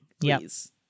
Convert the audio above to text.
Please